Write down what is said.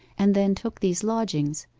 and then took these lodgings,